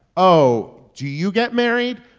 oh, do you get married?